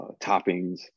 toppings